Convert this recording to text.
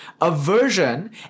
aversion